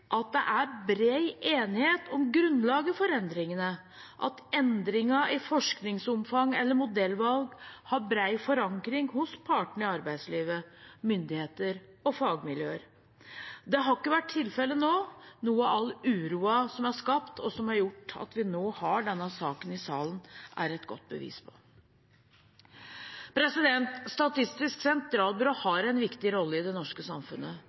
at det er bred enighet om grunnlaget for endringene, at endringer i forskningsomfang eller modellvalg har bred forankring hos partene i arbeidslivet, hos myndigheter og hos fagmiljøer. Det har ikke vært tilfellet nå, noe all uroen som er skapt, og som har gjort at vi nå har denne saken i salen, er et godt bevis på. Statistisk sentralbyrå har en viktig rolle i det norske samfunnet.